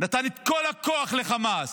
נתן את כל הכוח לחמאס